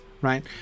right